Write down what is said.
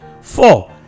Four